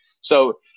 So-